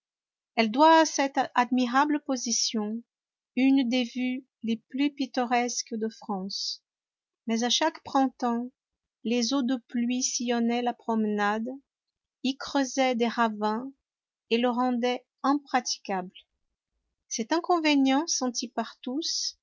elle doit à cette admirable position une des vues les plus pittoresques de france mais à chaque printemps les eaux de pluie sillonnaient la promenade y creusaient des ravins et le rendaient impraticable cet inconvénient senti